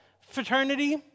fraternity